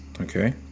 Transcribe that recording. Okay